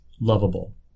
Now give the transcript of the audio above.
lovable